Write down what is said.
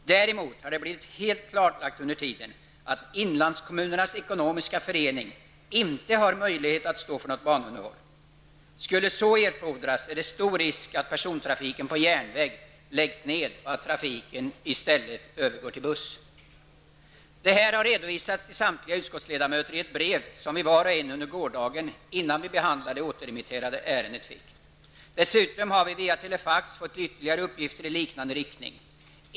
Däremot har det blivit helt klarlagt under tiden att Inlandskommunerna Detta har redovisats till samtliga utskottsledamöter i ett brev som vi fick var och en under gårdagen innan vi behandlade det återremitterade ärendet. Dessutom har vi via telefax fått ytterligare uppgifter i liknande riktning.